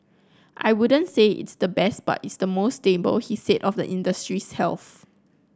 I wouldn't say it's the best but it's the most stable he said of the industry's health